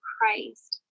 Christ